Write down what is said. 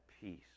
peace